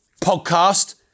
podcast